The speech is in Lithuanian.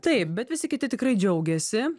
taip bet visi kiti tikrai džiaugiasi